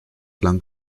lang